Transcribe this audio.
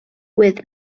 with